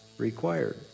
required